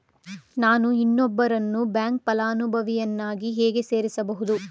ನಾನು ಇನ್ನೊಬ್ಬರನ್ನು ಬ್ಯಾಂಕ್ ಫಲಾನುಭವಿಯನ್ನಾಗಿ ಹೇಗೆ ಸೇರಿಸಬಹುದು?